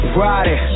Friday